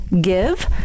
GIVE